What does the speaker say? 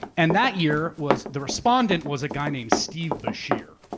and that year was the respondent was a guy named steve beshear.